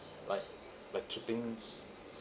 like like keeping